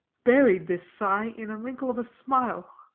buried this sigh in wrinkle of a smile.